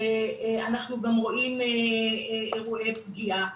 אנחנו גם רואים אירועי פגיעה.